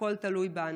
הכול תלוי בנו.